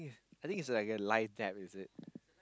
I think is like a life debt is it